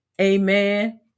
amen